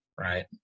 right